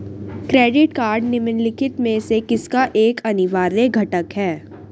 Credit card निम्नलिखित में से किसका एक अनिवार्य घटक है?